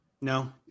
no